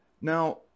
Now